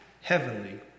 heavenly